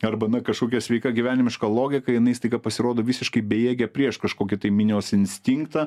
arba na kažkokia sveika gyvenimiška logika jinai staiga pasirodo visiškai bejėgė prieš kažkokį tai minios instinktą